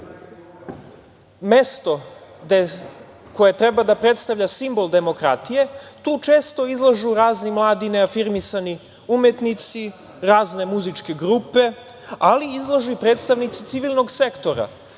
mesto koje treba da predstavlja simbol demokratije, tu često izlažu razni mladi neafirmisani umetnici, razne muzičke grupe, ali izlažu i predstavnici civilnog sektora,